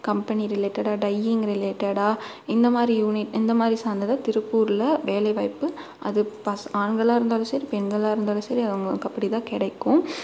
company ரிலேட்டடாக dyeing ரிலேட்டடாக இந்த மாதிரி யூனி இந்த மாதிரி சார்ந்து தான் திருப்பூரில் வேலை வாய்ப்பு அது பசங்க ஆண்களாக இருந்தாலும் சரி பெண்களாக இருந்தாலும் சரி அவங்களுக்கு அப்படிதான் கிடைக்கும்